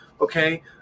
Okay